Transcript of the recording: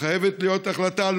חייבת להיות החלטה,